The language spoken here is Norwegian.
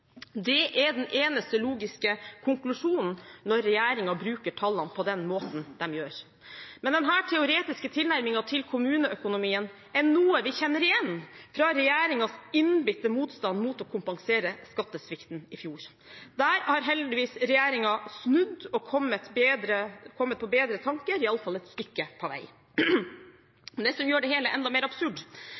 Det er den eneste logiske konklusjonen når regjeringen bruker tallene på den måten de gjør. Men denne teoretiske tilnærmingen til kommuneøkonomien er noe vi kjenner igjen fra regjeringens innbitte motstand mot å kompensere skattesvikten i fjor. Der har heldigvis regjeringen snudd og kommet på bedre tanker, iallfall et stykke på vei. Det som gjør det hele enda mer absurd,